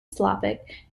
slavic